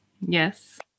Yes